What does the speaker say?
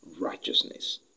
righteousness